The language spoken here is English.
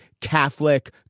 Catholic